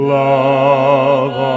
love